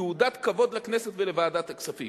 תעודת כבוד לכנסת ולוועדת הכספים.